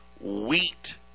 Wheat